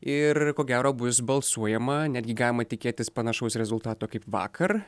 ir ko gero bus balsuojama netgi galima tikėtis panašaus rezultato kaip vakar